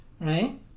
right